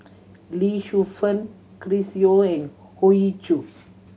Lee Shu Fen Chris Yeo and Hoey Choo